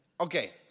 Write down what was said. Okay